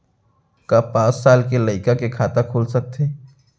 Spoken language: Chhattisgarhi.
का पाँच साल के लइका के खाता खुल सकथे?